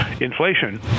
inflation